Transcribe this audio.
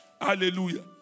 Hallelujah